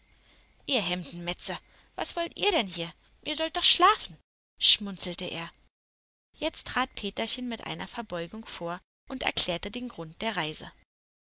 ihr hemdenmätze was wollt ihr denn hier ihr sollt doch schlafen schmunzelte er jetzt trat peterchen mit einer verbeugung vor und erklärte den grund der reise